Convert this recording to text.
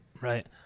Right